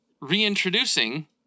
reintroducing